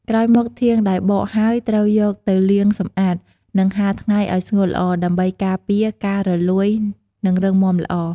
ក្រោយមកធាងដែលបកហើយត្រូវយកទៅលាងសម្អាត និងហាលថ្ងៃឲ្យស្ងួតល្អ ដើម្បីការពារការរលួយ និងរឹងមាំល្អ។